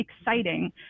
exciting